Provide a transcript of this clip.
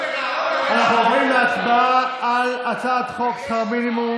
אנחנו עוברים להצבעה על הצעת חוק שכר מינימום